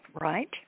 right